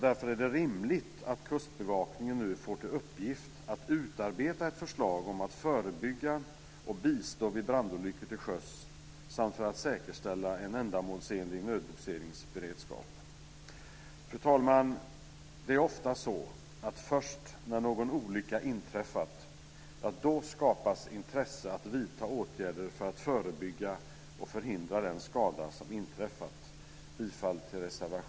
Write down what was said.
Därför är det rimligt att Kustbevakningen nu får till uppgift att utarbeta ett förslag om att förebygga och bistå vid brandolyckor till sjöss samt säkerställa en ändamålsenlig nödbogseringsberedskap. Fru talman! Det är ofta så att först när någon olycka inträffat skapas intresse att vidta åtgärder för att förebygga och förhindra den skada som inträffat.